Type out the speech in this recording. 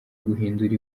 guhindura